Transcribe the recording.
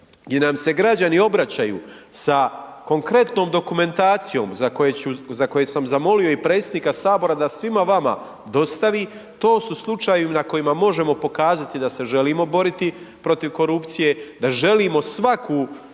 gdje nam se građani obraćaju sa konkretnom dokumentacijom, za koji sam zamolio i predsjednika Sabora da svima vama, dostavi, to su slučajevi na kojima možemo pokazati, da se želimo boriti protiv korupcije, da želimo svaku